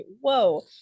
whoa